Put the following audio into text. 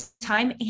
time